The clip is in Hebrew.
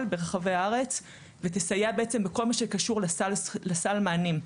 ברחבי הארץ ותסייע בכל הקשור לסל מענים,